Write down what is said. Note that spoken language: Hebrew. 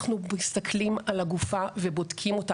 אנחנו מסתכלים על הגופה ובודקים אותה